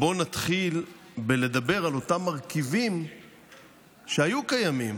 בואו נתחיל בלדבר על כמה מרכיבים שהיו קיימים